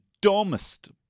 dumbest